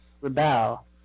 rebel